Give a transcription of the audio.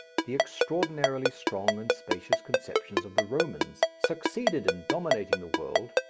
the extraordinarily strong and spacious conceptions of the romans succeeded in dominating the world,